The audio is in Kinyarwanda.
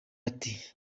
ati